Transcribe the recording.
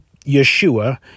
Yeshua